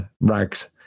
rags